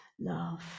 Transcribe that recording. love